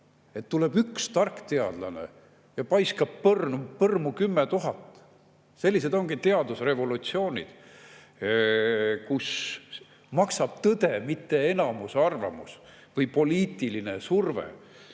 tuleb üks tark teadlane ja paiskab põrmu 10 000. Sellised ongi teadusrevolutsioonid, kus maksab tõde, mitte enamuse arvamus või poliitiline surve.